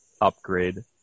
upgrade